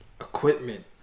equipment